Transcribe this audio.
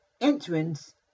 entrance